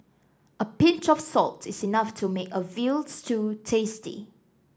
a pinch of salt is enough to make a veal stew tasty